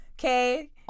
Okay